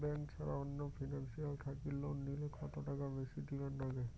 Bank ছাড়া অন্য financial থাকি লোন নিলে কতটাকা বেশি দিবার নাগে?